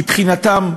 מבחינתם,